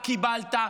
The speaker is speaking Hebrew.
קיבלת,